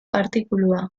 artikulua